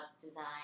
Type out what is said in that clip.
design